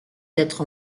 d’être